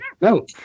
No